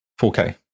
4K